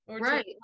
Right